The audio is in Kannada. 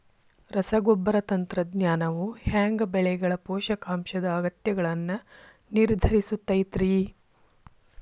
ರಸಗೊಬ್ಬರ ತಂತ್ರಜ್ಞಾನವು ಹ್ಯಾಂಗ ಬೆಳೆಗಳ ಪೋಷಕಾಂಶದ ಅಗತ್ಯಗಳನ್ನ ನಿರ್ಧರಿಸುತೈತ್ರಿ?